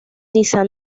niza